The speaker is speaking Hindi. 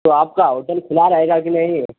तो आपका होटल खुला रहेगा की नहीं